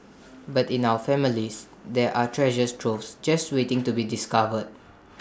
but in our families there are treasures troves just waiting to be discovered